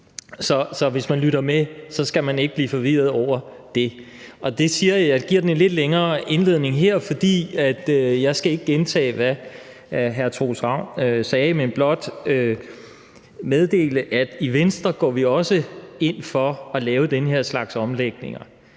Så hvis man lytter med, skal man ikke blive forvirret over det. Jeg giver en lidt længere indledning her, fordi jeg ikke skal gentage, hvad hr. Troels Ravn sagde, men blot meddele, at i Venstre går vi også ind for at lave den her slags omlægninger,